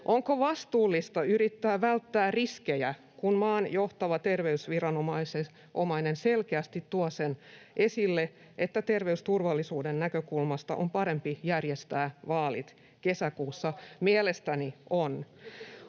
Onko vastuullista yrittää välttää riskejä, kun maan johtava terveysviranomainen selkeästi tuo sen esille, että terveysturvallisuuden näkökulmasta on parempi järjestää vaalit kesäkuussa? Mielestäni on.